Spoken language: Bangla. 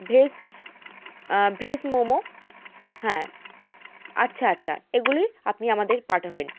ভেজ ভেজ মোমো হ্যাঁ আচ্ছা আচ্ছা এগুলি আপনি আমাদের পাঠাবেন